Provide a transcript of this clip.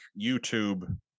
YouTube